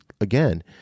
again